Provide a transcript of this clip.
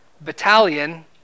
battalion